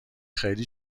خیلی